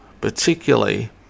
particularly